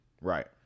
Right